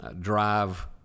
drive